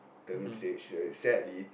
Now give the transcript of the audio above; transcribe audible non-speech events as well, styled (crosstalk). the group stage (noise) sadly